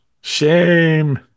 shame